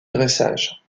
dressage